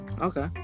Okay